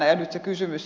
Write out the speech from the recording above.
ja nyt se kysymys